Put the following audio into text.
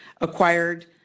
acquired